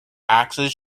axes